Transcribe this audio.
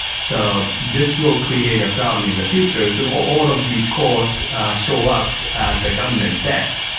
so this will create a problem in the future, as so all of these costs show up as a government debt.